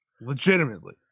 Legitimately